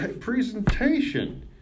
presentation